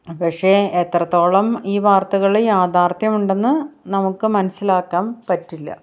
ആ പക്ഷേ എത്രത്തോളം ഈ വാർത്തകൾ യാഥാർഥ്യമുണ്ടെന്ന് നമുക്ക് മനസ്സിലാക്കാൻ പറ്റില്ല